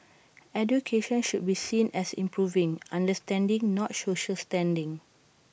education should be seen as improving understanding not social standing